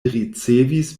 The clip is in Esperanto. ricevis